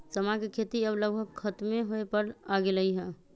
समा के खेती अब लगभग खतमे होय पर आ गेलइ ह